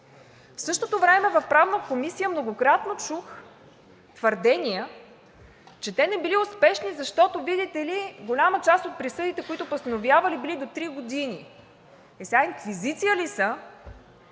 В същото време в Правната комисия многократно чух твърдения, че те не били успешни, защото, видите ли, голяма част от присъдите, които постановявали, били до три години. Е, сега инквизиция ли са,